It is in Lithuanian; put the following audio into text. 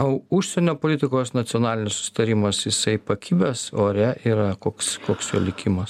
o užsienio politikos nacionalinis susitarimas jisai pakibęs ore yra koks koks jo likimas